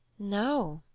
no,